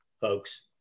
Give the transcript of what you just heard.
folks